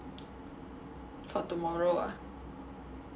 for tomorrow